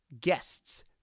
guests